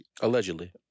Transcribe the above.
Allegedly